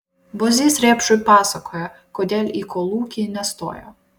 bozys rėpšui pasakojo kodėl į kolūkį nestojo